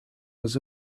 was